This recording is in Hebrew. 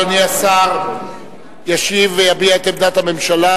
אדוני השר ישיב ויביע את עמדת הממשלה